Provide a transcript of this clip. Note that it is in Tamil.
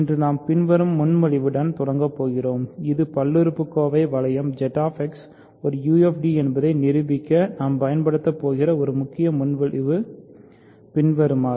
இன்று நாம் பின்வரும் முன்மொழிவுடன் தொடங்கப் போகிறோம் இது பல்லுறுப்புறுப்பு வளையம் ZX ஒரு UFD என்பதை நிரூபிக்க நாம் பயன்படுத்தப் போகிற முக்கிய முன்மொழிவு பின்வருமாறு